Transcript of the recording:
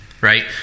right